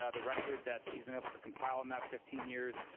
ah the record that she's been able to compile in that fifteen years,